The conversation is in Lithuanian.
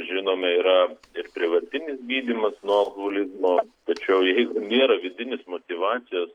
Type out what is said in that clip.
žinome yra ir prievartinis gydymas nuo alkoholizmo tačiau jeigu nėra vidinės motyvacijos